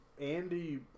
Andy